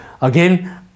again